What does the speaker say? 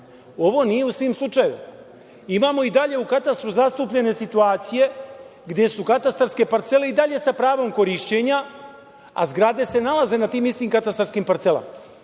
Ovo nije u svim slučajevima. Imamo i dalje u katastru zastupljene situacije gde su katastarske parcele i dalje sa pravom korišćenja, a zgrade se nalaze na tim istim katastarskim parcelama.